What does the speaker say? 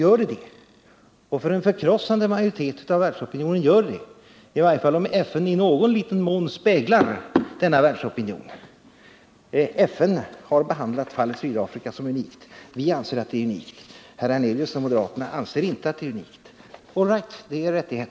Och det gör det för en förkrossande majoritet av världsopinionen, i varje fall om FN i någon liten mån speglar denna världsopinion. FN har behandlat fallet Sydafrika som unikt. Vi anser att det är unikt. Herr Hernelius och moderaterna anser inte att det är unikt. All right — det är er rättighet.